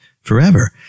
forever